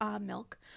milk